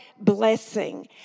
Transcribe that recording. blessing